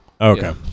Okay